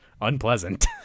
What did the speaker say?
unpleasant